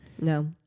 No